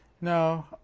No